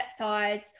peptides